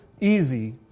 easy